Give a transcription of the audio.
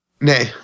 Nay